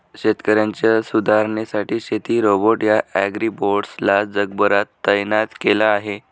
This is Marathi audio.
शेतकऱ्यांच्या सुधारणेसाठी शेती रोबोट या ॲग्रीबोट्स ला जगभरात तैनात केल आहे